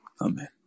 Amen